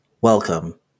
Welcome